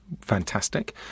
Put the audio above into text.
fantastic